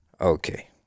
Okay